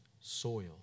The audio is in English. soil